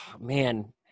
man